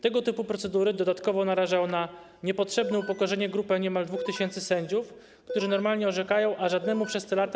Tego typu procedury dodatkowo narażają na niepotrzebne upokorzenie grupę niemal 2 tys. sędziów, którzy normalnie orzekają, a żadnemu przez te lata.